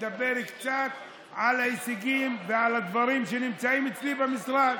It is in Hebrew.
ולדבר קצת על ההישגים ועל הדברים שנמצאים אצלי במשרד.